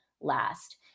last